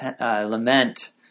lament